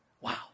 Wow